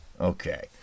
Okay